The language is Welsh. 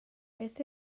beth